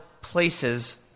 places